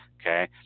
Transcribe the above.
okay